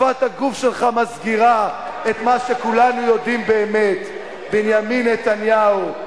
שפת הגוף שלך מסגירה את מה שכולנו יודעים באמת: בנימין נתניהו,